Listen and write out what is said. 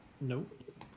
Nope